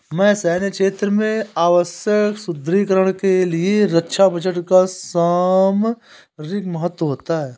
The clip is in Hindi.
सैन्य क्षेत्र में आवश्यक सुदृढ़ीकरण के लिए रक्षा बजट का सामरिक महत्व होता है